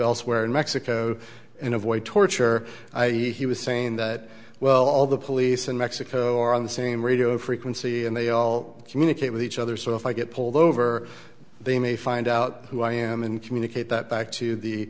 elsewhere in mexico and avoid torture he was saying that well all the police in mexico are on the same radio frequency and they all communicate with each other so if i get pulled over they may find out who i am and communicate that back to the